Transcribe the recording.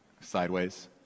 Sideways